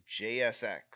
JSX